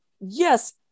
yes